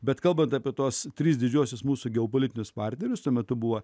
bet kalbant apie tuos tris didžiuosius mūsų geopolitinius partnerius tuo metu buvo